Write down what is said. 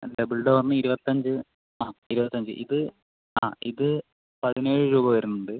double ഡോറിന് ഇരുപത്തഞ്ച് ആ ഇരുപത്തഞ്ച് ഇത് ആ ഇത് പതിനേഴ് രൂപ വരുന്നണ്ട്